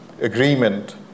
agreement